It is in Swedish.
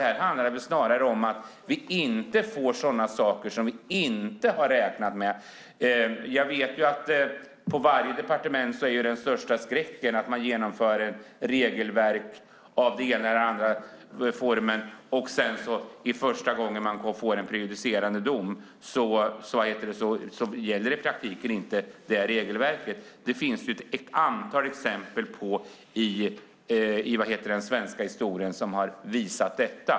Här handlar det snarare om att vi inte ska få sådana saker som vi inte har räknat med. Jag vet att på varje departement är den största skräcken att man genomför regelverk av den ena eller andra formen och första gången man får en prejudicerande dom gäller i praktiken inte regelverket. Det finns ett antal exempel i den svenska historien som har visat detta.